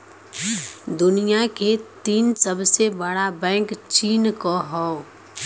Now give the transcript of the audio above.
दुनिया के तीन सबसे बड़ा बैंक चीन क हौ